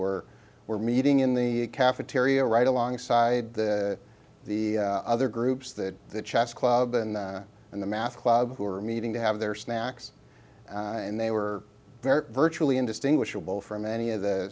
we're we're meeting in the cafeteria right alongside the the other groups that the chess club and in the math club who are meeting to have their snacks and they were virtually indistinguishable from any of the